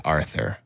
Arthur